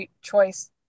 choice